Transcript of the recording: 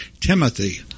timothy